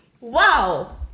Wow